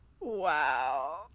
wow